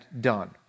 done